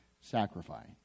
sacrifice